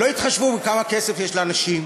לא התחשבו בכמה כסף יש לאנשים,